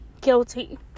guilty